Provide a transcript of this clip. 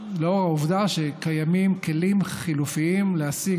לאור העובדה שקיימים כלים חלופיים להשיג